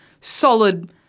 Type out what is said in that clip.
solid